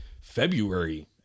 February